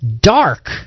dark